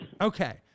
Okay